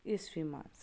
عیٖسوی منٛز